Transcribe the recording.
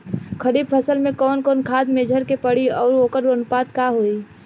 खरीफ फसल में कवन कवन खाद्य मेझर के पड़ी अउर वोकर अनुपात का होई?